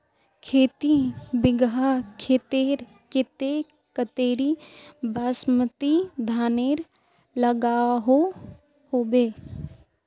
खेती बिगहा खेतेर केते कतेरी बासमती धानेर लागोहो होबे?